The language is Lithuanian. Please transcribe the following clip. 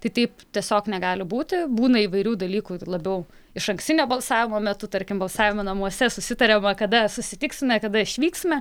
tai taip tiesiog negali būti būna įvairių dalykų labiau išankstinio balsavimo metu tarkim balsavimo namuose susitariam va kada susitiksime kada išvyksime